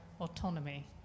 autonomy